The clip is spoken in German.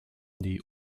die